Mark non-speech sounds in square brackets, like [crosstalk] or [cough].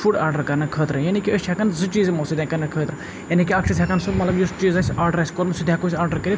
food order کَرنہٕ خٲطرٕ یعنی کہِ أسۍ چھِ ہیٚکان زٕ چیٖز یِمو سۭتۍ [unintelligible] کرنہٕ خٲطرٕ یعنی کہِ اَکھ چھ أسۍ ہیٚکان سُہ مطلب یُس چیٖز اسہِ آرڈَر آسہِ کوٚرمُت سُہ تہِ ہیٚکو أسۍ آرڈَر کٔرِتھ